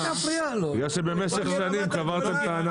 בגלל שבמשך שנים קברתם את הענף.